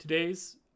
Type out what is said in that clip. Today's